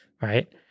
right